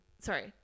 sorry